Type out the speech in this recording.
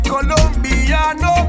Colombiano